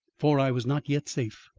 for i was not yet safe.